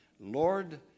Lord